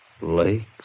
lakes